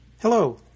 Hello